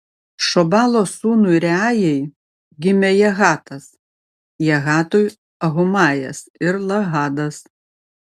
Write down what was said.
šobalo sūnui reajai gimė jahatas jahatui ahumajas ir lahadas